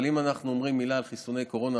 אבל אם אנחנו אומרים מילה על חיסוני קורונה,